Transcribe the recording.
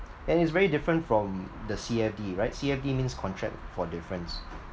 and it's very different from the C_F_D right C_F_D means contract for difference